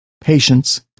Patience